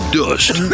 dust